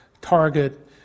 Target